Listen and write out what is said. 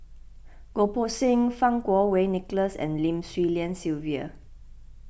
Goh Poh Seng Fang Kuo Wei Nicholas and Lim Swee Lian Sylvia